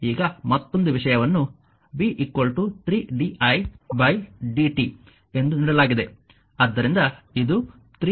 ಈಗ ಮತ್ತೊಂದು ವಿಷಯವನ್ನು v 3 di dt ಎಂದು ನೀಡಲಾಗಿದೆ